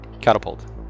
Catapult